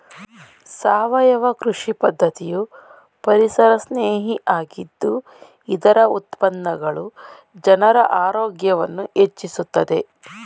ಸಾವಯವ ಕೃಷಿ ಪದ್ಧತಿಯು ಪರಿಸರಸ್ನೇಹಿ ಆಗಿದ್ದು ಇದರ ಉತ್ಪನ್ನಗಳು ಜನರ ಆರೋಗ್ಯವನ್ನು ಹೆಚ್ಚಿಸುತ್ತದೆ